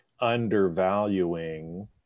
undervaluing